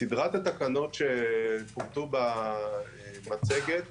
סדרת התקנות שפורטו במצגת,